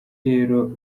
rero